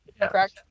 correct